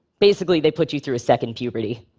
basically, they put you through a second puberty.